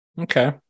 Okay